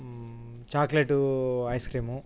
chocolate ice cream